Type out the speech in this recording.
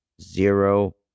zero